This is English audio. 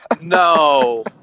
No